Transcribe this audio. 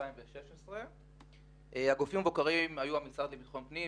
2016. הגופים המבוקרים היו המשרד לביטחון הפנים,